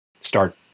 start